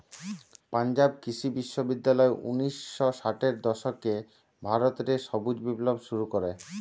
পাঞ্জাব কৃষি বিশ্ববিদ্যালয় উনিশ শ ষাটের দশকে ভারত রে সবুজ বিপ্লব শুরু করে